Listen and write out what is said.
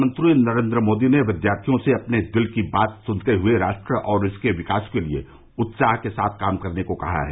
प्रधानमंत्री नरेन्द्र मोदी ने विद्यार्थियों से अपने दिल की बात सुनते हुए राष्ट्र और इसके विकास के लिए उत्साह के साथ काम करने को कहा है